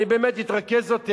אני באמת אתרכז יותר.